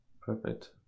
Perfect